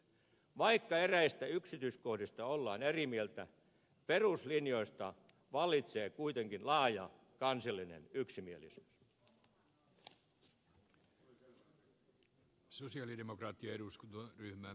vaikka eräistä yksityiskohdista ollaan eri mieltä peruslinjoista vallitsee kuitenkin laaja kansallinen yksimielisyys